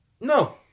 no